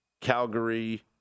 Calgary